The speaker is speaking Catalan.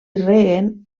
reguen